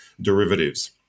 derivatives